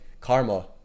karma